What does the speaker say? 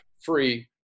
free